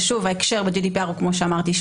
ושוב, ההקשר ב-GDPR הוא שונה, כמו שאמרתי.